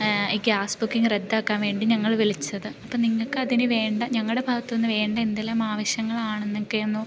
gas booking റദ്ദാക്കാൻ വേണ്ടി ഞങ്ങൾ വിളിച്ചത് അപ്പം നിങ്ങൾക്കതിനുവേണ്ട ഞങ്ങളുടെ ഭാഗത്തുന്നുവേണ്ട എന്തെല്ലാം ആവശ്യങ്ങളാണെന്നൊക്കെയൊന്നു